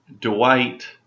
Dwight